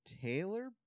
Taylor